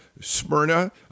Smyrna